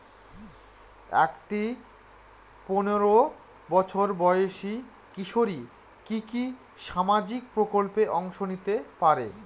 একটি পোনেরো বছর বয়সি কিশোরী কি কি সামাজিক প্রকল্পে অংশ নিতে পারে?